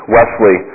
Wesley